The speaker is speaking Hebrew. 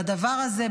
והדבר הזה,